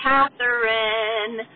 Catherine